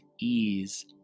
ease